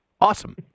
Awesome